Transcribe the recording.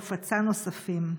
ופצע נוספים.